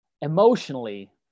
emotionally